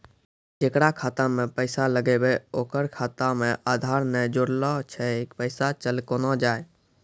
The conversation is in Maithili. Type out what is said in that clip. जेकरा खाता मैं पैसा लगेबे ओकर खाता मे आधार ने जोड़लऽ छै पैसा चल कोना जाए?